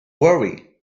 worry